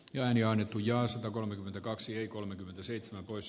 läänijaon ja satakolmekymmentäkaksi kolmekymmentäseitsemän pois